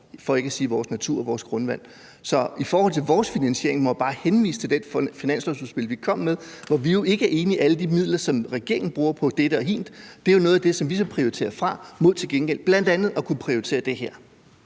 for ikke at sige vores natur og vores grundvand. Så i forhold til vores finansiering må jeg bare henvise til det finanslovsudspil, vi kom med, hvor vi jo ikke er enige i at bruge alle de midler, som regeringen bruger på dette og hint, for det er jo noget af det, som vi prioriterer fra mod til gengæld bl.a. at kunne prioritere det her.